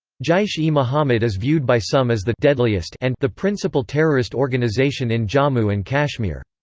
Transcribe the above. jaish-e-mohammed is viewed by some as the deadliest and the principal terrorist organization in jammu and kashmir.